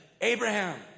Abraham